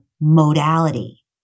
modality